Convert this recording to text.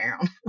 down